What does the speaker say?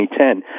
2010